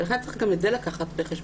לכן צריך גם את זה לקחת בחשבון.